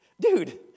dude